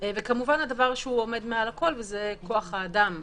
כמובן הדבר שעומד מעל לכול זה כוח האדם.